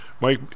Mike